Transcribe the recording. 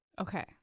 okay